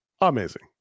amazing